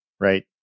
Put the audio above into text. right